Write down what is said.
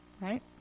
Right